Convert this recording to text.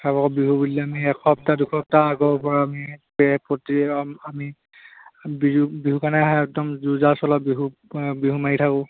আগৰ বিহু বুলিলে আমি এসপ্তাহ দুসপ্তাহ আগৰপৰা আমি পেৰেড প্ৰতি আমি বিহু বিহু কাৰণে একদম যো জা চলাওঁ বিহু বিহু মাৰি থাকোঁ